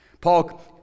Paul